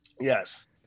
Yes